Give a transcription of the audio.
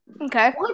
Okay